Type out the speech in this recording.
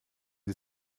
sie